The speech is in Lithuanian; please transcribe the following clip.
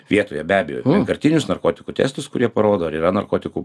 vietoje be abejo vienkartinius narkotikų testus kurie parodo ar yra narkotikų